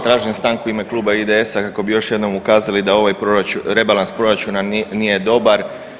Tražim stanku u ime Kluba IDS-a kako bi još jednom ukazali da ovaj rebalans proračuna nije dobar.